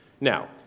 Now